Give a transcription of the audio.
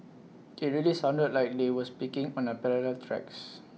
IT really sounded like they were speaking on A parallel tracks